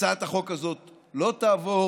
הצעת החוק הזאת לא תעבור.